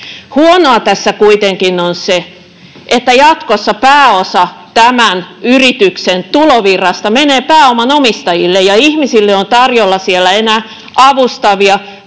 Huonoa tässä kuitenkin on se, että jatkossa pääosa tämän yrityksen tulovirrasta menee pääoman omistajille ja että ihmisille on tarjolla siellä enää avustavia,